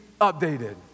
updated